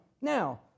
Now